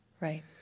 right